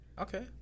Okay